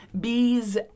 Bees